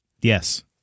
Yes